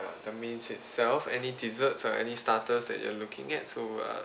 the mains itself any desserts or any starters that you are looking at so err